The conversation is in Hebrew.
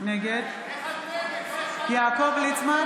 נגד יעקב ליצמן,